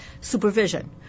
supervision